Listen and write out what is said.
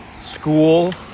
school